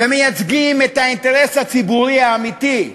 ומייצגים את האינטרס הציבורי האמיתי,